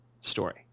story